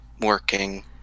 working